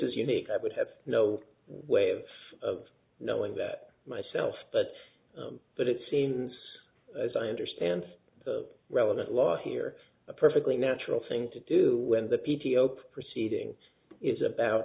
is unique i would have no way of of knowing that myself but but it seems as i understand the relevant law here a perfectly natural thing to do when the p t o proceeding is about